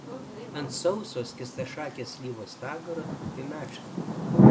ant sauso skėstašakės slyvos stagaro tupi medšarkė